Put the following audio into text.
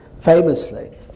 famously